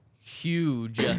huge